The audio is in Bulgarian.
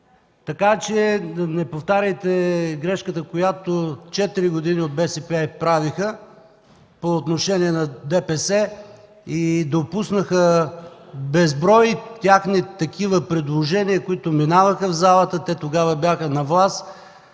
начин. Не повтаряйте грешката, която четири години от БСП правиха по отношение на ДПС и допуснаха безброй техни предложения, които минаваха в залата – тогава те бяха на власт.